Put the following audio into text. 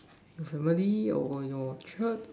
your family or your Church